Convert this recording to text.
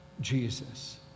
Jesus